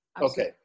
Okay